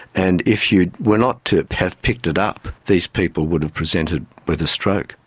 and if you were not to have picked it up, these people would have presented with a stroke.